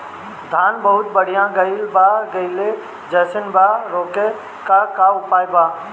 धान बहुत बढ़ गईल बा गिरले जईसन बा रोके क का उपाय बा?